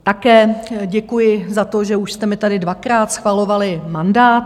Také děkuji za to, že už jste mi tady dvakrát schvalovali mandát.